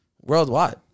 worldwide